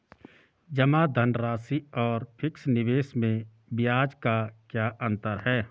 जमा धनराशि और फिक्स निवेश में ब्याज का क्या अंतर है?